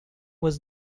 was